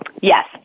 Yes